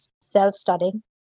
self-studying